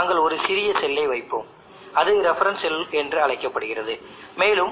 நான் மற்றும் ஒரு சிறிய செல்லை பவர் வழங்கும் PV வரிசை அல்லது PV தொகுதிக்கு அருகில் வைக்கிறேன்